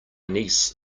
niece